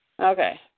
Okay